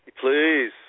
Please